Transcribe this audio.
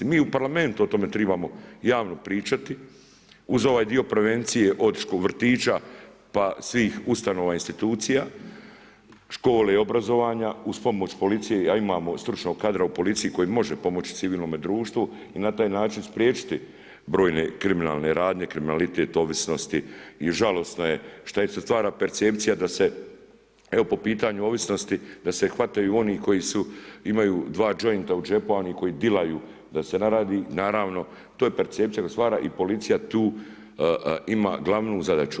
Mi u Parlamentu o tome trebamo javno pričati, uz ovaj dio prevencije od vrtića, pa svih ustanova, institucija, škola i obrazovanja uz pomoć policije a imamo stručnog kadra u policiji koji može pomoći civilnome društvu i na taj način spriječiti brojne kriminalne radnje, kriminalitet, ovisnosti i žalosno je šta je se stvara percepcija, da se evo, po pitanju ovisnosti, da se hvataju oni koji imaju 2 džointa u džepu, a oni koji dilaju, da se naradi, naravno, to je percepcija da stvara i policija tu ima glavnu zadaću.